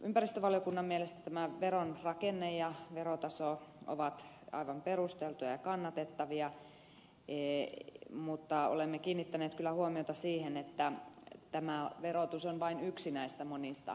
ympäristövaliokunnan mielestä veron rakenne ja verotaso ovat aivan perusteltuja ja kannatettavia mutta olemme kiinnittäneet kyllä huomiota siihen että verotus on vain yksi näistä monista ohjauskeinoista